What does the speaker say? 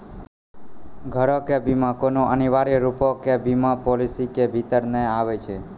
घरो के बीमा कोनो अनिवार्य रुपो के बीमा पालिसी के भीतर नै आबै छै